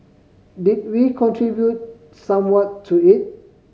did we contribute somewhat to it